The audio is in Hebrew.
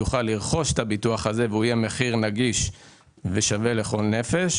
יהיה שווה לכל נפש.